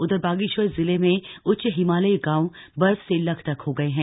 उधर बागेश्वर जिले में उच्च हिमालयी गांव बर्फ से लकदक हो गए हैं